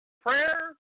prayer